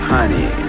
Honey